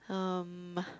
um